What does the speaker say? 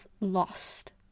lost